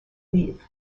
leave